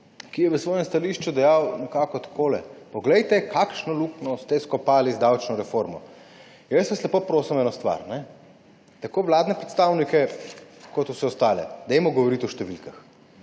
ki je v svojem stališču dejal nekako takole: »Poglejte, kakšno luknjo ste skopali z davčno reformo!« Jaz vas lepo prosim, eno stvar, tako vladne predstavnike kot vse ostale, dajmo govoriti o številkah.